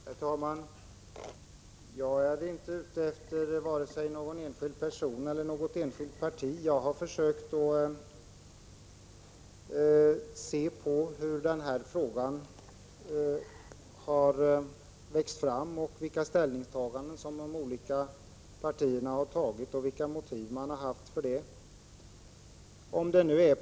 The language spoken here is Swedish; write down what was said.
Herr talman! Jag är inte ute efter vare sig någon enskild person eller något enskilt parti, utan jag har bara försökt att se hur den här frågan har utvecklats samt vilka ställningstaganden de olika partierna har gjort och vilka motiven för dessa har varit.